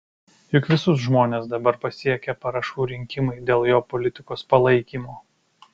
juk visus žmones dabar pasiekia parašų rinkimai dėl jo politikos palaikymo